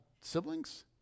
siblings